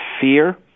fear